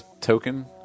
token